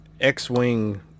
X-Wing